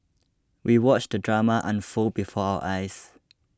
we watched the drama unfold before our eyes